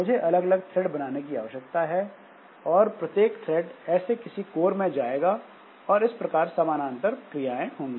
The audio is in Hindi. मुझे अलग अलग थ्रेड बनाने की आवश्यकता है और प्रत्येक थ्रेड ऐसे किसी कोर में जाएगा और इस प्रकार समानांतर क्रियाएँ होंगी